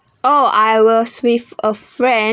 oh I was with a friend